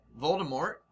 Voldemort